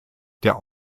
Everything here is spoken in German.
der